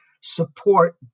support